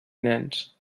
nens